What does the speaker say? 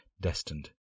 destined